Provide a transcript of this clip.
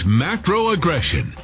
macro-aggression